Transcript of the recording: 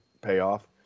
payoff